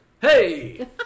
hey